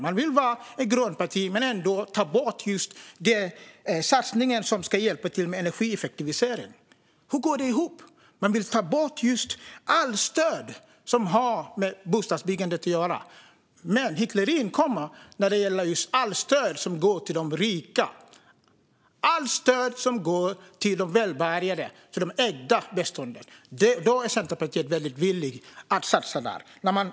Man vill vara ett grönt parti men vill ändå ta bort just den satsning som ska hjälpa till med energieffektivisering. Hur går det ihop? Man vill ta bort allt stöd som har med bostadsbyggande att göra, men hyckleriet kommer när det gäller stöd som går till de rika. Allt stöd som går till de välbärgade, till de ägda bestånden, är Centerpartiet väldigt villigt att satsa på.